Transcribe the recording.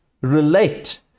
relate